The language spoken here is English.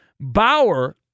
Bauer